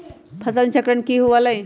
फसल चक्रण की हुआ लाई?